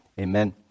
Amen